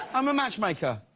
i'm a matchmaker.